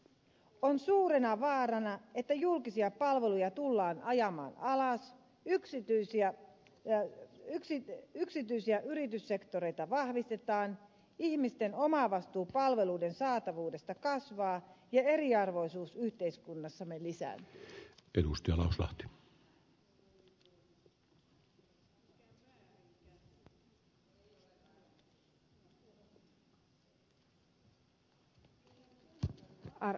on suurena vaarana että julkisia palveluja tullaan ajamaan alas yksityistä sektoria yrityssektoria vahvistetaan ihmisten omavastuu palveluiden saatavuudessa kasvaa ja eriarvoisuus yhteiskunnassamme lisääntyy